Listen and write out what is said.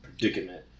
predicament